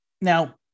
now